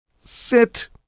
sit